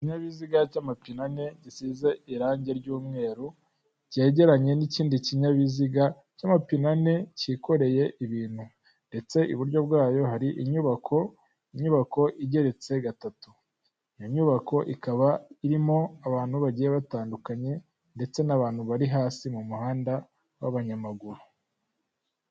Ikinyabiziga cy'amapine ane gisize irangi ry'umweru cyegeranye n'ikindi kinyabiziga cy'amapine ane cyikoreye ibintu, ndetse iburyo bwayo hari inyubako igeretse gatatu, iyo nyubako ikaba irimo abantu bagiye batandukanye ndetse n'abantu bari hasi mu muhanda w'abanyamaguru.